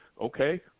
okay